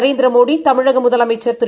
Narendra Modi தமிழகமுதலமைச்சர்திரு